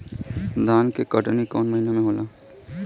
धान के कटनी कौन महीना में होला?